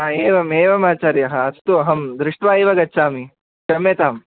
हा एवम् एवमाचार्याः अस्तु अहं दृष्ट्वा एव गच्छामि क्षम्यतां